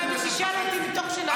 במבצעים שאני קונה?